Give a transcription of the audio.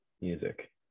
music